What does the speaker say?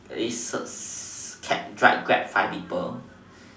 is a a cab drive grab five people